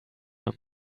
him